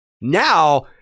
now